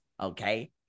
okay